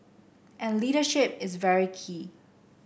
and leadership is very key